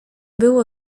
było